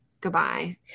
goodbye